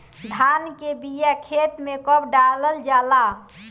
धान के बिया खेत में कब डालल जाला?